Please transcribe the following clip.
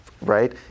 right